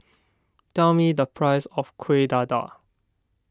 tell me the price of Kueh Dadar